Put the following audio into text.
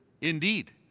indeed